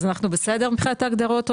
אז אנחנו בסדר מבחינת ההגדרות?